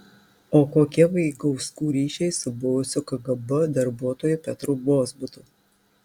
o kokie vaigauskų ryšiai su buvusiu kgb darbuotoju petru vozbutu